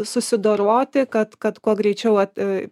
susidoroti kad kad kuo greičiau a